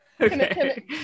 Okay